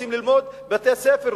רוצים ללמוד בבתי-ספר,